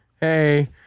Hey